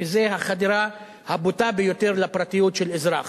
שזו החדירה הבוטה ביותר לפרטיות של אזרח,